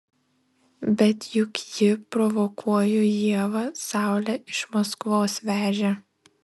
bet juk ji provokuoju ievą saulę iš maskvos vežė